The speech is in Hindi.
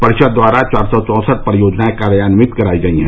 परिषद द्वारा चार सौ चौंसठ परियोजनायें कार्यान्वित करायी गयी हैं